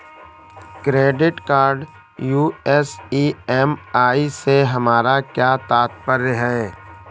Credit card US EMI से हमारा क्या तात्पर्य है?